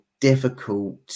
difficult